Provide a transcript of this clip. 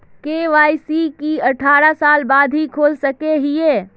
KYC की अठारह साल के बाद ही खोल सके हिये?